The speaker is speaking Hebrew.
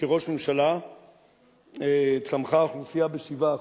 כראש הממשלה צמחה האוכלוסייה ב-7%.